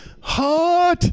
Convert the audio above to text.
hot